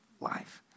life